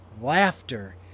laughter